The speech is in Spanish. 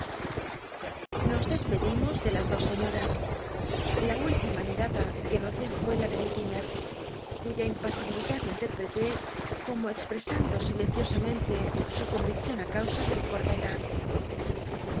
nos despedimos de las dos señoras la iallima milada que noté fné la de lil tinae cuya im jasibilidad interpreté como exl i'c anclo silcnciosamcne su conriccion á causa de mi corta edad